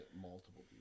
multiple